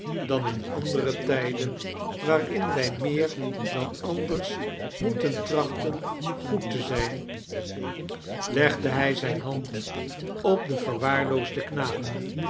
dan in andere tijden waarin wij meer dan anders moeten trachten goed te zijn legde hij zijne hand op den verwaarloosden knaap